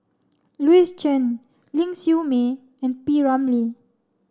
Louis Chen Ling Siew May and P Ramlee